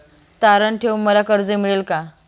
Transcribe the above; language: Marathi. तारण ठेवून मला कर्ज मिळेल का?